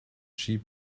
sheep